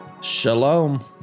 Shalom